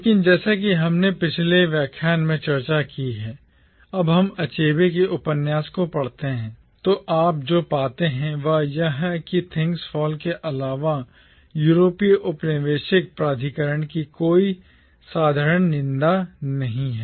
लेकिन जैसा कि हमने अपने पिछले व्याख्यान में चर्चा की है जब हम अचेबे के उपन्यास को पढ़ते हैं तो आप जो पाते हैं वह यह है कि थिंग्स फॉल के अलावा यूरोपीय औपनिवेशिक प्राधिकरण की कोई सरल निंदा नहीं है